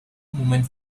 movement